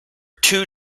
two